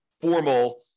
formal